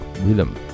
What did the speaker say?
rhythm